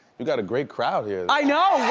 you got a great crowd here. i know,